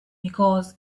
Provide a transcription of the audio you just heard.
because